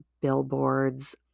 billboards